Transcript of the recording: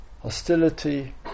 Hostility